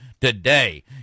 today